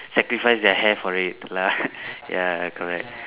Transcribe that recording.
sacrifice their hair for it lah ya correct